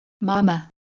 Mama